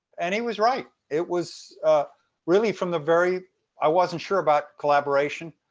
and he was right. it was really from the very i wasn't sure about collaboration